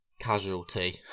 Casualty